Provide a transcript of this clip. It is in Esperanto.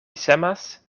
semas